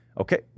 Okay